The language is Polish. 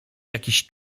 jakiś